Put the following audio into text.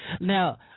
Now